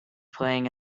playing